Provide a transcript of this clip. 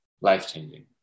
Life-changing